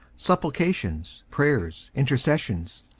supplications, prayers, intercessions,